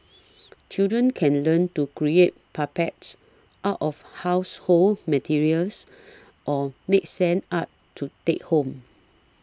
children can learn to create puppets out of household materials or make sand art to take home